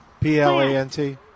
P-L-A-N-T